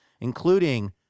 including